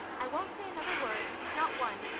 i won't say another word not one.